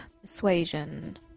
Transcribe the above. persuasion